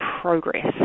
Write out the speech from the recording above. progress